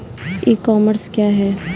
E commerce क्या है?